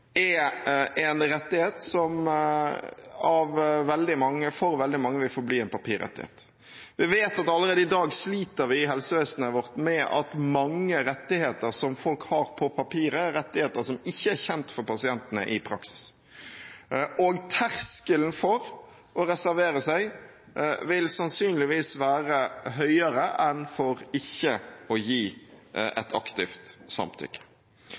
er en rettighet som for veldig mange vil forbli en papirrettighet. Vi vet at allerede i dag sliter vi i helsevesenet vårt med at mange rettigheter som folk har på papiret, er rettigheter som ikke er kjent for pasientene i praksis. Og terskelen for å reservere seg vil sannsynligvis være høyere enn for ikke å gi et aktivt samtykke.